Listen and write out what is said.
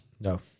No